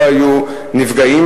לא היו נפגעים.